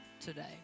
today